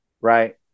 Right